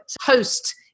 Host